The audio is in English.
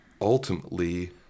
ultimately